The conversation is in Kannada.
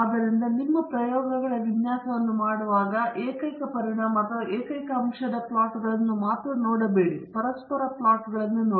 ಆದ್ದರಿಂದ ನಿಮ್ಮ ಪ್ರಯೋಗಗಳ ವಿನ್ಯಾಸವನ್ನು ಮಾಡುವಾಗ ಏಕೈಕ ಪರಿಣಾಮ ಅಥವಾ ಏಕೈಕ ಅಂಶದ ಪ್ಲಾಟ್ಗಳು ಮಾತ್ರ ನೋಡಬೇಡಿ ಪರಸ್ಪರ ಪ್ಲಾಟ್ಗಳು ನೋಡಿ